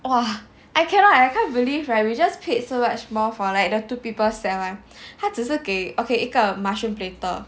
!wah! I cannot I can't believe right we just paid so much more for like the two people set [one] 他只是给 okay 一个 mushroom platter